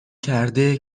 کرده